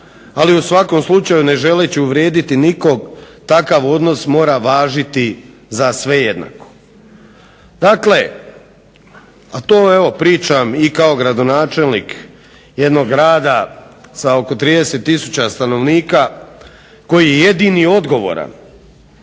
ali u svakom slučaju ne želeći uvrijediti nikog takav odnos mora važiti za sve jednako. Dakle, a to evo pričam i kao gradonačelnik jednog grada sa oko 30 tisuća stanovnika koji je jedini odgovoran